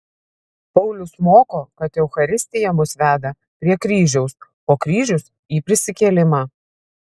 paulius moko kad eucharistija mus veda prie kryžiaus o kryžius į prisikėlimą